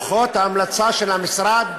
של המשרד